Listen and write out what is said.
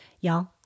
Y'all